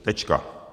Tečka.